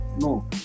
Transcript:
no